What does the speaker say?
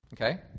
Okay